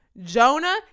Jonah